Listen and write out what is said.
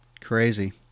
Crazy